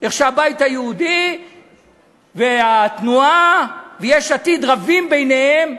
איך הבית היהודי והתנועה ויש עתיד רבים ביניהם.